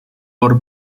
por